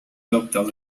adoptado